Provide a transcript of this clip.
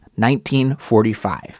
1945